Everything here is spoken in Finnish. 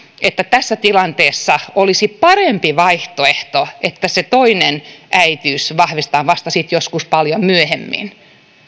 että tässä tilanteessa olisi parempi vaihtoehto se että se toinen äitiys vahvistetaan vasta sitten joskus paljon myöhemmin